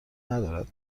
ندارد